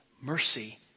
mercy